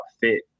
fit